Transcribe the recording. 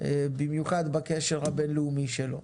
במיוחד בקשר הבין-לאומי שלו.